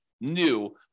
new